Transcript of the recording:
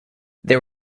there